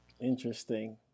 Interesting